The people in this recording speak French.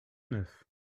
neuf